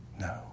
No